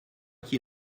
qu’il